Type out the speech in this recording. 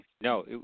No